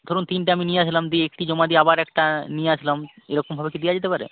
ধরুন তিনটে আমি নিয়ে আসলাম দিয়ে একটি জমা দিয়ে আবার একটা নিয়ে আসলাম এরকমভাবে কি দেওয়া যেতে পারে